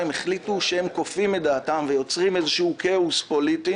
החליטו שהם כופים את דעתם ויוצרים כאוס פוליטי